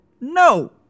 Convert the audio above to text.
No